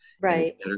Right